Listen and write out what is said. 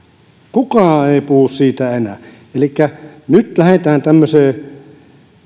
kukaan ei puhu siitä enää elikkä nyt lähdetään tämmöiseen kun